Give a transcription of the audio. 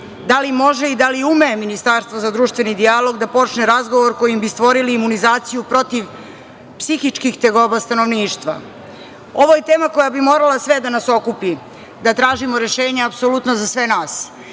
da li može i da li ume Ministarstvo za društveni dijalog, da počne razgovor kojim bi stvorili imunizaciju protiv psihičkih tegoba stanovništva? Ovo je tema koja bi morala sve da nas okupi, da tražimo rešenje apsolutno za sve nas,